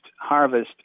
harvest